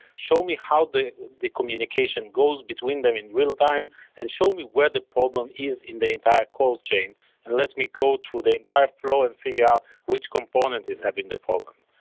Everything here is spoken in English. show me how the the communication goes between them in real-time and show me where the problem is in the entire call chain and let me go through the entire flow and figure out which component is having the problem.